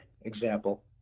example